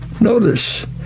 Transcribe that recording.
notice